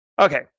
okay